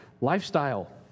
Lifestyle